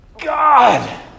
God